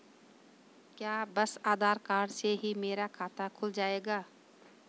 क्या बस आधार कार्ड से ही मेरा खाता खुल जाएगा?